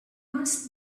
must